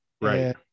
right